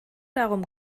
darum